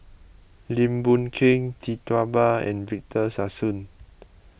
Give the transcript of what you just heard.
Lim Boon Keng Tee Tua Ba and Victor Sassoon